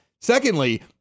Secondly